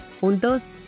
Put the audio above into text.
Juntos